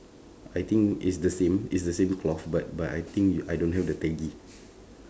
I think is the same it's the same cloth but but I think I don't have the peggy